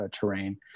terrain